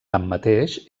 tanmateix